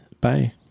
Bye